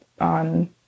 on